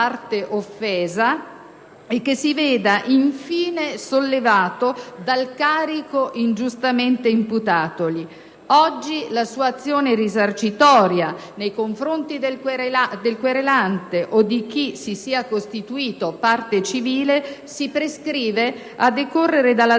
la sua azione risarcitoria nei confronti del querelante o di chi si sia costituito parte civile si prescrive a decorrere dalla data